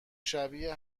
شبیه